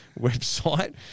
website